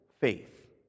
faith